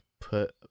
put